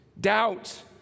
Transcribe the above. Doubt